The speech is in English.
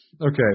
Okay